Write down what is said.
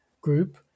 group